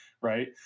right